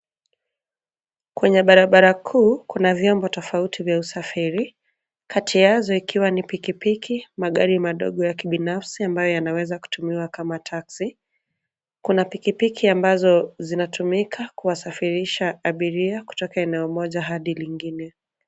Kwenye barabara kuu, kuna vyombo tofauti vya usafiri. Kati yazo ikiwa ni: pikipiki, magari madogo ya kibinafsi ambayo yanaweza kutumiwa kama taxi . Kuna pikipiki ambazo zinatumika kuwasafirisha abiria kutoka eneo moja hadi lingine.